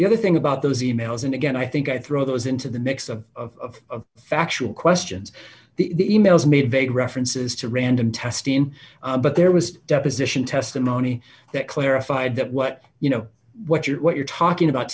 the other thing about those e mails and again i think i throw those into the mix of factual questions the e mails made vague references to random testing but there was deposition testimony that clarified that what you know what you're what you're talking about